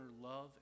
love